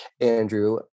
Andrew